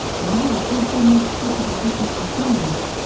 the marriage also makes possible british descendants,